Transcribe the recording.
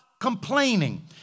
complaining